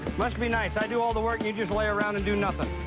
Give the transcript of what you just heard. must be nice. i do all the work you just lay around and do nothing.